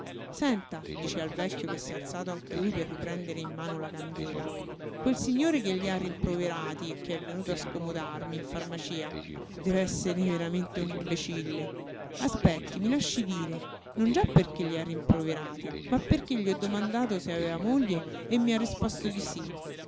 senta dice al vecchio che s'è alzato anche lui per riprendere in mano la candela quel signore che li ha rimproverati e che è venuto a scomodarmi in farmacia dev'essere veramente un imbecille aspetti mi lasci dire non già perché li ha rimproverati ma perché gli ho domandato se aveva moglie e mi ha risposto di sí